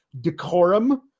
decorum